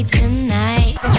tonight